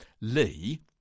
Lee